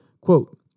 Quote